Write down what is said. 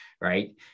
right